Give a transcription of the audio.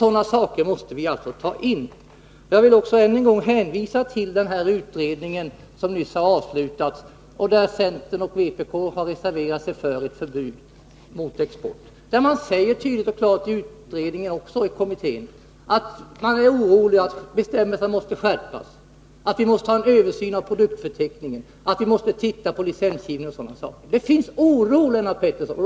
Sådana saker måste vi ta in i bilden. Jag vill än en gång hänvisa till den utredning som nyss avslutats och där centern och vpk har reserverat sig för ett förbud mot export. Kommittén uttalar sin oro och säger klart och tydligt att bestämmelserna måste skärpas, att en översyn av produktförteckningen måste ske och att vi måste titta på licensgivningen. Det finns en oro, Lennart Pettersson.